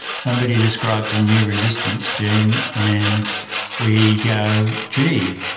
somebody describes a new resistance gene and we go, gee,